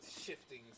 shifting